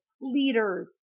leaders